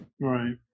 right